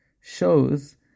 shows